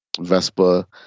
Vespa